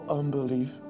unbelief